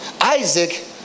Isaac